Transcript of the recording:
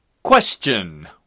Question